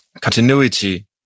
continuity